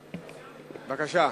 בבקשה.